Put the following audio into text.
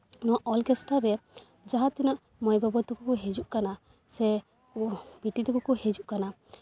ᱱᱚᱣᱟ ᱚᱨᱠᱮᱥᱴᱟᱨ ᱨᱮ ᱡᱟᱦᱟᱸ ᱛᱤᱱᱟᱹᱜ ᱢᱟᱹᱭ ᱵᱟᱹᱵᱩ ᱛᱟᱠᱚ ᱠᱚ ᱦᱤᱡᱩᱜ ᱠᱟᱱᱟ ᱥᱮ ᱵᱤᱴᱤ ᱛᱟᱠᱚ ᱠᱚ ᱦᱤᱡᱩᱜ ᱠᱟᱱᱟ